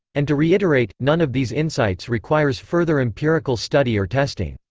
and to reiterate, none of these insights requires further empirical study or testing.